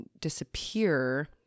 disappear